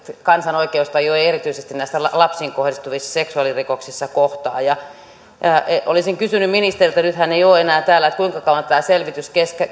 kansan oikeustaju ei erityisesti näissä lapsiin kohdistuvissa seksuaalirikoksissa kohtaa olisin kysynyt ministeriltä nyt hän ei ole enää täällä että kuinka kauan tämä selvitys